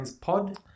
Pod